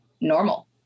normal